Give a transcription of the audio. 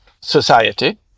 society